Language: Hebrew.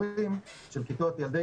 למנהל שנמצא מאחורי המורה כל אלה אפשרו